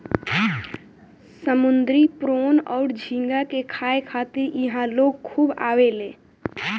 समुंद्री प्रोन अउर झींगा के खाए खातिर इहा लोग खूब आवेले